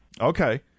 okay